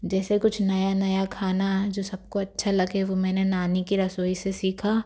जैसे कुछ नया नया खाना जो सबको अच्छा लगे वह मैंने नानी की रसोई से सीखा